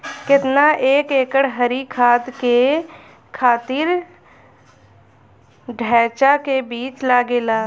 केतना एक एकड़ हरी खाद के खातिर ढैचा के बीज लागेला?